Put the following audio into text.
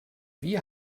wie